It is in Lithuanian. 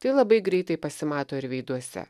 tai labai greitai pasimato ir veiduose